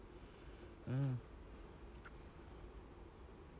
mm